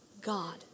God